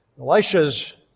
Elisha's